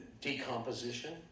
decomposition